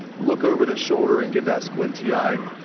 look over the shoulder and give that squinty-eyed,